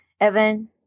evan